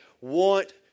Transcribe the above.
want